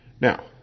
now